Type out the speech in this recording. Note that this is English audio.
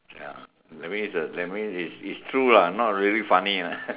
ya that means it's a that means it's it's true lah not really funny lah